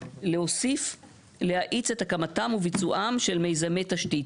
להוסיף "להאיץ את הקמתם וביצועם של מיזמי תשתית".